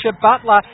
Butler